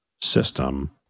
system